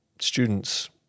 students